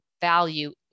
value